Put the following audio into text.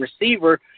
receiver